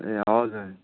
ए हजुर